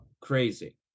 Crazy